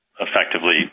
effectively